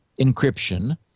encryption